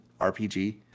RPG